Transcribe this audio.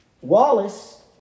Wallace